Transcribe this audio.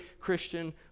Christian